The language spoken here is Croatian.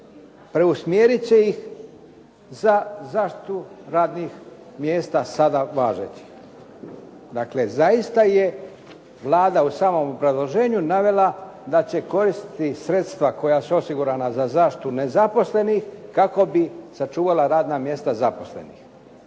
preusmjerit će ih za zaštitu radnih mjesta sada važećih.". Dakle, zaista je Vlada u samom obrazloženju navela da će koristiti sredstva koja su osigurana za zaštitu nezaposlenih kako bi sačuvala radna mjesta zaposlenih.